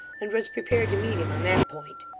and was prepared to meet him on that point.